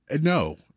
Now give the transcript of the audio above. no